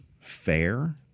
fair